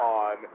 on